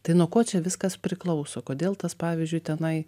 tai nuo ko čia viskas priklauso kodėl tas pavyzdžiui tenai